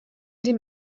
dem